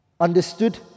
Understood